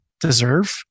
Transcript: deserve